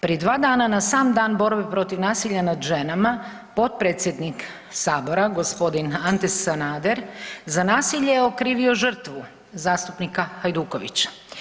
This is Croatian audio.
Prije 2 dana na sam Dan borbe protiv nasilja nad ženama potpredsjednik Sabora, g. Ante Sanader, za nasilje je okrivio žrtvu zastupnika Hajdukovića.